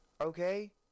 Okay